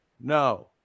No